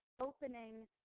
opening